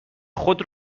خود